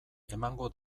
emango